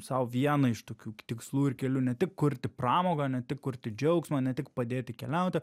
sau vieną iš tokių tikslų ir keliu ne tik kurti pramogą ne tik kurti džiaugsmą ne tik padėti keliauti